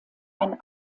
ein